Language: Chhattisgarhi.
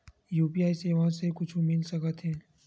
यू.पी.आई सेवाएं से कुछु मिल सकत हे?